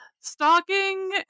stalking